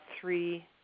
three